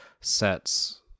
sets